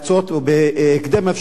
ובהקדם האפשרי,